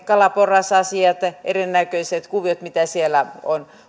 kalaporrasasiat erinäköiset kuviot mitä siellä on